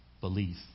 belief